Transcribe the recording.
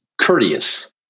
courteous